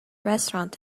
restaurant